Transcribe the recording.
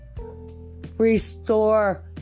Restore